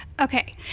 Okay